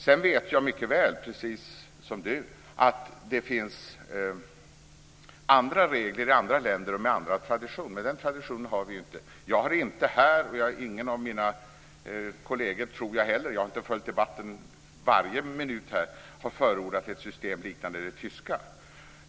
Sedan vet jag mycket väl, precis som Siw Wittgren-Ahl, att det finns andra regler i andra länder där man har en annan tradition, men den traditionen har vi ju inte här. Jag har inte här, och ingen av mina kolleger heller tror jag - jag har inte följt debatten varje minut - förordat något system som liknar det tyska.